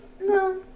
no